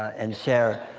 and share.